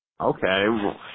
Okay